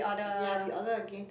ya we order again